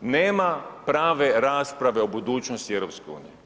nema prave rasprave o budućnosti EU.